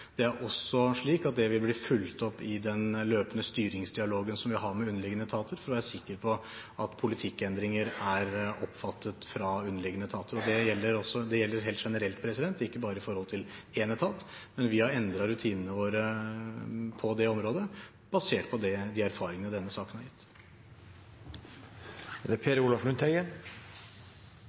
Det er også slik at det vil bli fulgt opp i den løpende styringsdialogen som vi har med underliggende etater, for å være sikker på at politikkendringer er oppfattet i underliggende etater. Det gjelder helt generelt, ikke bare i forhold til én etat. Vi har endret rutinene våre på det området, basert på de erfaringene denne saken har gitt. Senterpartiet er enig i at statsråden skulle fortelle om feilen som er gjort i Politidirektoratet. Det